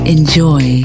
Enjoy